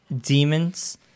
Demons